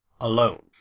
alone